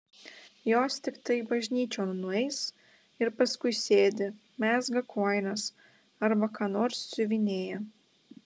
jos tiktai bažnyčion nueis ir paskui sėdi mezga kojines arba ką nors siuvinėja